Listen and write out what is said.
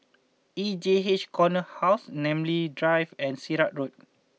E J H Corner House Namly Drive and Sirat Road